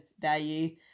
value